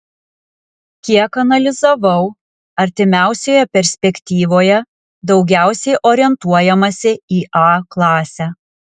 kiek analizavau artimiausioje perspektyvoje daugiausiai orientuojamasi į a klasę